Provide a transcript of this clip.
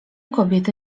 kobiety